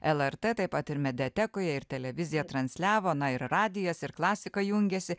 lrt taip pat ir mediatekoje ir televizija transliavo na ir radijas ir klasika jungėsi